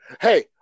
Hey